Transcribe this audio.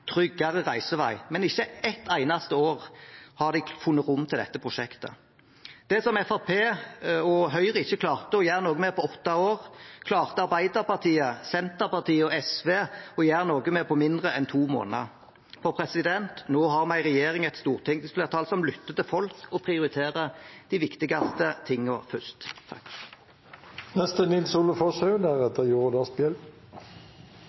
tryggere reisevei, men ikke ett eneste år har de funnet rom til dette prosjektet. Det som Fremskrittspartiet og Høyre ikke klarte å gjøre noe med på åtte år, klarte Arbeiderpartiet, Senterpartiet og SV å gjøre noe med på mindre enn to måneder. Nå har vi en regjering og et stortingsflertall som lytter til folk og prioriterer de viktigste tingene først.